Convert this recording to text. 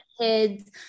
kids